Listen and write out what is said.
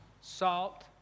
salt